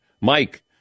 Mike